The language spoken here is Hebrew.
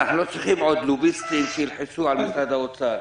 אנחנו לא צריכים עוד לוביסטים שילחצו על משרד האוצר.